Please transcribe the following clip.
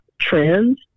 trends